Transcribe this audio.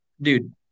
dude